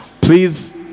Please